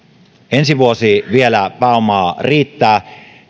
ensi vuonna pääomaa riittää